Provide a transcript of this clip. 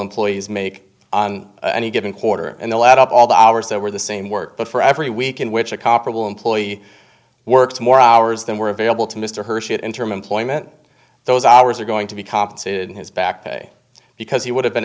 employees make on any given quarter and the lead up all the hours that were the same work but for every week in which a comparable employee works more hours than were available to mr hersh it and term employment those hours are going to be compensated in his back pay because he would have been